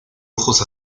ojos